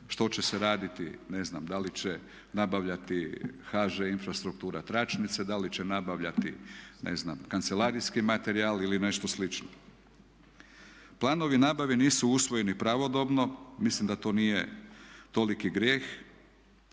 što će se raditi, ne znam da li će nabavljati HŽ Infrastruktura, tračnice da li će nabavljati, ne znam kancelarijski materijal ili nešto slično. Planovi nabave nisu usvojeni pravodobno, mislim da to nije toliki grijeh